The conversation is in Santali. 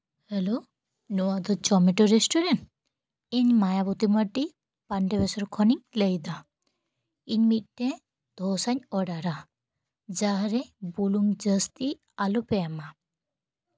ᱦᱮᱞᱳ ᱱᱚᱣᱟ ᱫᱚ ᱡᱚᱢᱮᱴᱳ ᱨᱮᱥᱴᱩᱨᱮᱱᱴ ᱤᱧ ᱢᱟᱭᱟᱵᱚᱛᱤ ᱢᱟᱰᱰᱤ ᱯᱟᱱᱰᱚᱵᱮᱥᱥᱚᱨ ᱠᱷᱚᱱᱤᱧ ᱞᱟᱹᱭᱫᱟ ᱤᱧ ᱢᱤᱫᱴᱮᱡ ᱫᱷᱚᱥᱟᱧ ᱚᱰᱟᱨᱟ ᱡᱟᱦᱟᱸᱨᱮ ᱵᱩᱞᱩᱝ ᱡᱟᱹᱥᱛᱤ ᱟᱞᱚᱯᱮ ᱮᱢᱟ